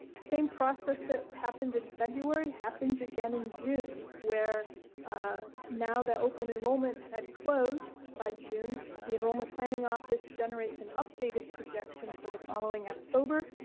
same process that happened in february happens again in june where now that open enrollment had close by june the enrollment planning office generates and updated projection for the following october.